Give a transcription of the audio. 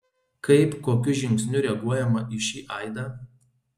kaip kokiu žingsniu reaguojama į šį aidą